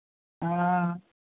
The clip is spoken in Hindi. हाँ